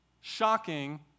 shocking